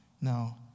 Now